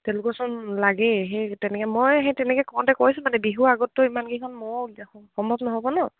তেওঁলোকাচোন লাগেই সেই তেনেকে মই সেই তেনেকে কওঁতে কৈছোঁ মানে বিহুুৰ আগতো ইমানকেইখন ময় সমজ নহ'ব ন